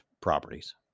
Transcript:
properties